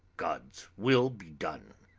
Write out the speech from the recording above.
god's will be done!